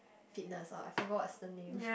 fitness or I forgot what's the name